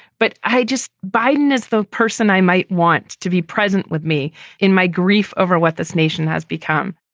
but i just. biden is the person i might want to be present with me in my grief over what this nation has become.